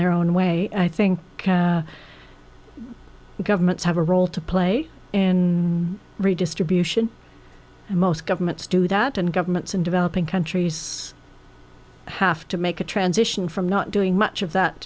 their own way i think governments have a role to play in redistribution and most governments do that and governments in developing countries have to make a transition from not doing much of that